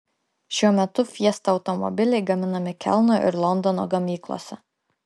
šiuo metu fiesta automobiliai gaminami kelno ir londono gamyklose